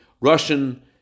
Russian